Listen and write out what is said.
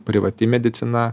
privati medicina